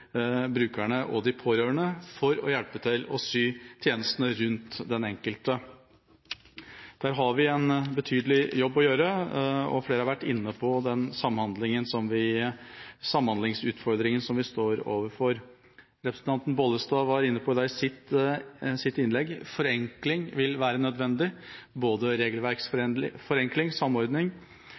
brukerne og de pårørende for å hjelpe til med å sy tjenestene rundt den enkelte. Der har vi en betydelig jobb å gjøre. Flere har vært inne på den samhandlingsutfordringen vi står overfor. Representanten Bollestad var inne på det i sitt innlegg: Forenkling vil være nødvendig, både regelverksforenkling og samordning.